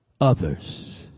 others